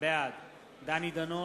בעד דני דנון,